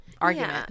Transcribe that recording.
argument